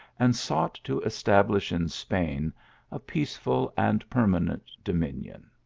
and sought to establish in spain a peace ful and permanent dominion.